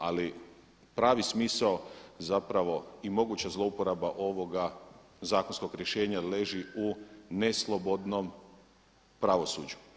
Ali pravi smisao zapravo i moguća zlouporaba ovoga zakonskog rješenja leži u neslobodnom pravosuđu.